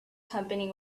company